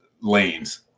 lanes